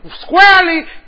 Squarely